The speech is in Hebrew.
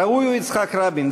ראוי הוא יצחק רבין,